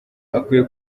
akwiye